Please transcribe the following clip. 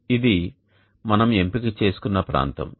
ఇది మనం ఎంపిక చేసుకున్న ప్రాంతం